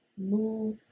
move